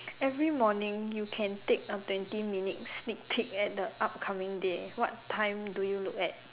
every morning you can take a twenty minute sneak peak at the upcoming day what time do you look at